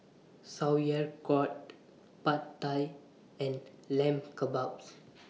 Sauerkraut Pad Thai and Lamb Kebabs